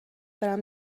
برم